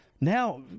Now